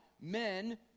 men